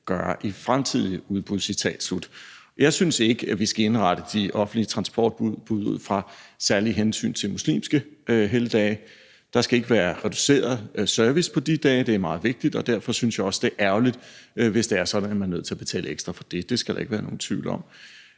gøre i fremtidige udbud. Citat slut. Jeg synes ikke, at vi skal indrette de offentlige transportudbud ud fra særlige hensyn til muslimske helligdage. Der skal ikke være reduceret service på de dage. Det er meget vigtigt, og derfor synes jeg også, det er ærgerligt, hvis det er sådan, at man er nødt til at betale ekstra for det; det skal der ikke være nogen tvivl om.